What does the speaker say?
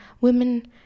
women